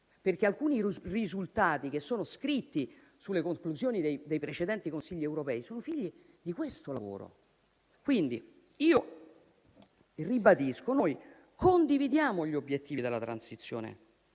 perché alcuni risultati che sono scritti sulle conclusioni dei precedenti Consigli europei sono figlie di questo lavoro. Ribadisco, quindi, che condividiamo gli obiettivi della transizione